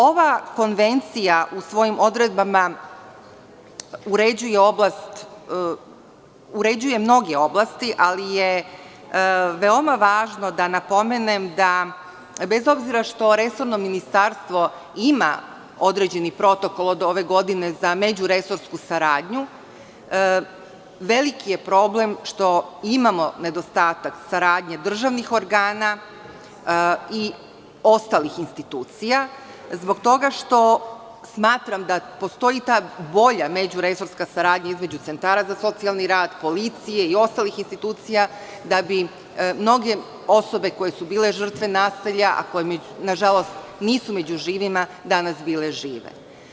Ova konvencija u svojim odredbama uređuje mnoge oblasti, ali je veoma važno da napomenem, da bez obzira što resorno ministarstvo ima određeni protokol od ove godine za međuresorsku saradnju, veliki je problem što imamo nedostatak saradnje državnih organa i ostalih institucija zbog toga što smatram da postoji bolja međuresorska saradnja između centara za socijalni rad, policije i ostalih institucija, da bi mnoge osobe koje su bile žrtve nasilja, a koje nažalost nisu među živima, danas bile žive.